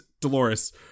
Dolores